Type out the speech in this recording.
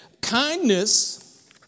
Kindness